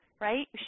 right